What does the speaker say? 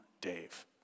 Dave